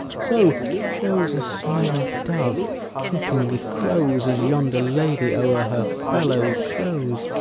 so shows a snowy dove trooping with crows as yonder lady o'er her fellows shows.